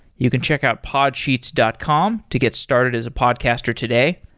you can check out podsheets dot com to get started as a podcaster today.